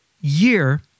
year